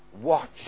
Watch